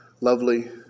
lovely